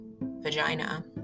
vagina